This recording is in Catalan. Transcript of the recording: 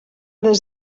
des